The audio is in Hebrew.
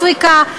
אפריקה,